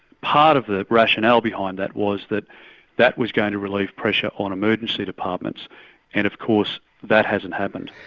part of the rationale behind that was that that was going to relieve pressure on emergency departments and of course that hasn't happened.